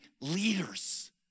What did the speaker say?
leaders